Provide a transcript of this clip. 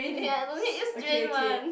ya don't need use brain one